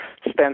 spends